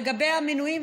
לגבי המינויים,